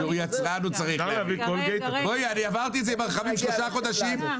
אני עברתי את זה עם הרכבים שלושה חודשים.